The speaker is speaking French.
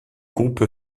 groupe